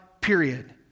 period